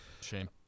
Shame